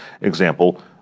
example